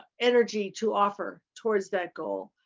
energy to offer towards that goal,